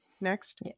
next